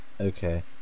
Okay